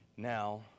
Now